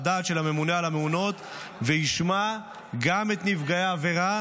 של הממונה על המעונות וישמע גם את נפגעי העבירה,